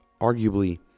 arguably